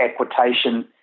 equitation